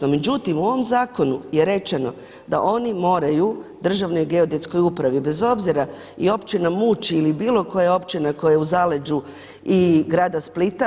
No međutim, u ovom zakonu je rečeno da oni moraju Državnoj geodetskoj upravi bez obzira i općina Muč ili bilo koja općina koja je u zaleđu i grada Splita.